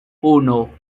uno